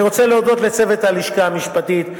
אני רוצה להודות לצוות הלשכה המשפטית,